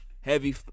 heavy